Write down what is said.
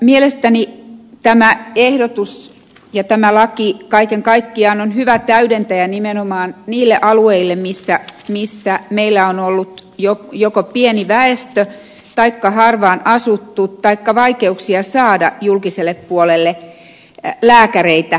mielestäni tämä ehdotus ja tämä laki kaiken kaikkiaan on hyvä täydentäjä nimenomaan niille alueille missä meillä on ollut joko pieni väestö taikka harva asutus taikka vaikeuksia saada julkiselle puolelle lääkäreitä